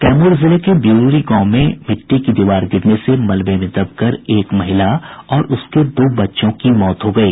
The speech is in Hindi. कैमूर जिले के बिउरी गांव में मिट्टी की दीवार गिरने से मलवे में दब कर एक महिला और उसके दो बच्चों की मौत हो गयी